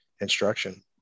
instruction